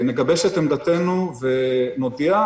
נגבש את עמדתנו ונודיע.